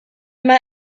mae